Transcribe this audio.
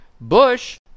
Bush